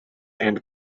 and